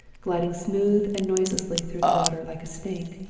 gliding smooth and noiseless through the water, like a snake.